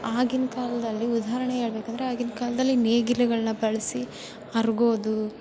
ಆಗಿನ ಕಾಲದಲ್ಲಿ ಉದಾಹರಣೆ ಹೇಳ್ಬೇಕೆಂದರೆ ಆಗಿನ ಕಾಲದಲ್ಲಿ ನೇಗಿಲುಗಳನ್ನು ಬಳಸಿ ಹರಗೋದು